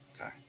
Okay